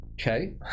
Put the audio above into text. Okay